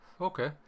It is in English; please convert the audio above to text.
Okay